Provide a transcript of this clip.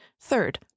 Third